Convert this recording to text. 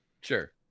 Sure